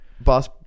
Boss